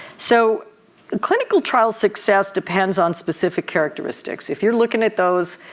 so clinical trial success depends on specific characteristics. if you're looking at those,